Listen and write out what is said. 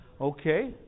okay